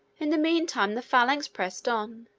in the mean time the phalanx pressed on,